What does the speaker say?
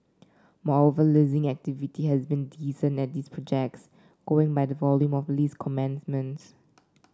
moreover leasing activity has been decent at these projects going by the volume of lease commencements